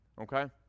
okay